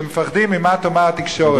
שמפחדים ממה תאמר התקשורת.